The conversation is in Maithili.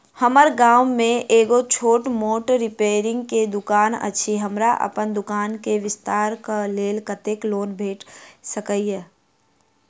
हम्मर गाम मे एगो छोट मोट रिपेयरिंग केँ दुकान अछि, हमरा अप्पन दुकान केँ विस्तार कऽ लेल कत्तेक लोन भेट सकइय?